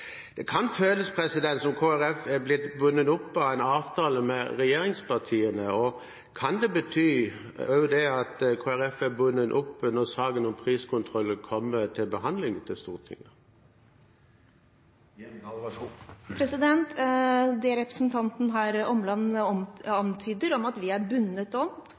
Det kan føles som om Kristelig Folkeparti er blitt bundet opp av en avtale med regjeringspartiene. Kan det også bety at Kristelig Folkeparti er bundet opp i saken om priskontroll når den kommer til behandling i Stortinget? Når det gjelder det representanten Omland her antyder om at vi er bundet